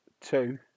Two